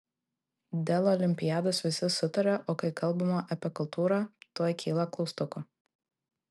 dėl olimpiados visi sutaria o kai kalbama apie kultūrą tuoj kyla klaustukų